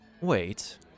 Wait